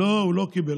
לא, הוא לא קיבל.